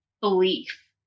belief